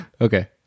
Okay